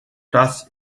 das